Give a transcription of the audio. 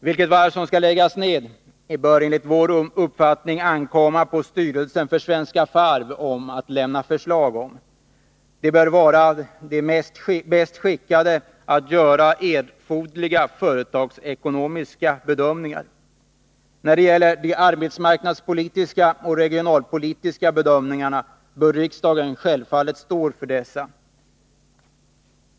Vilket varv som skall läggas ned bör det enligt vår uppfattning ankomma på styrelsen för Svenska Varv att lämna förslag om. Den bör vara den bäst skickade att göra den erforderliga företagsekonomiska bedömningen. De arbetsmarknadspolitiska och regionalpolitiska bedömningarna bör riksdagen självfallet stå för.